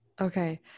okay